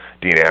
Dean